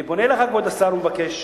"אני פונה אליך, כבוד השר, ומבקש,